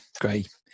great